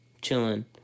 chilling